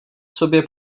sobě